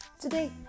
Today